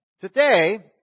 Today